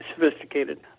Sophisticated